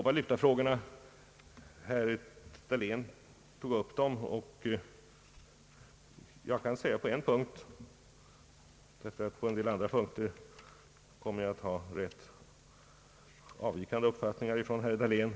Herr Dahlén tog upp dem. På flertalet punkter i herr Dahléns anförande har jag rätt avvikande uppfattning från herr Dahléns.